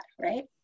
right